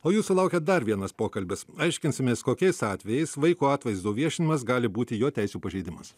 o jūsų laukia dar vienas pokalbis aiškinsimės kokiais atvejais vaiko atvaizdo viešinimas gali būti jo teisių pažeidimas